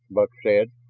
buck said.